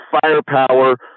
firepower